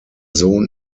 sohn